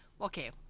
Okay